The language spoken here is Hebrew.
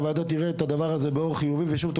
הוועדה תראה את זה באור חיובי ושוב,